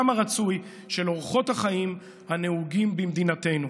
הרצוי של אורחות החיים הנהוגים במדינתנו.